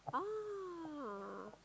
ah